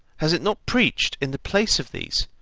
has it not preached in the place of these,